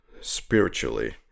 spiritually